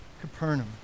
Capernaum